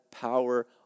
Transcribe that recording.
power